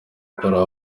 bakora